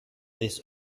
this